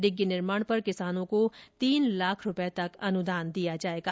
डिग्गी निर्माण पर किसानों को तीन लाख रुपए तक अनुदान दिया जाएगा